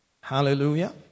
Hallelujah